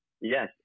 yes